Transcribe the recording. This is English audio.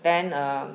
then um